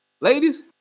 Ladies